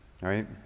right